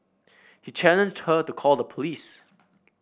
he challenged her to call the police